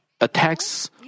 attacks